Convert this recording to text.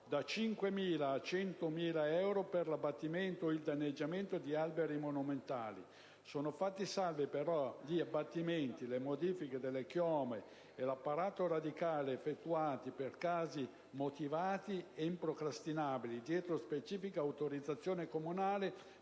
da 5.000 a 100.000 euro per l'abbattimento o il danneggiamento di alberi monumentali. Sono fatti salvi, però, gli abbattimenti, le modifiche della chioma e dell'apparato radicale effettuati per casi motivati e improcrastinabili, dietro specifica autorizzazione comunale,